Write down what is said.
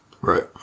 Right